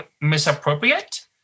misappropriate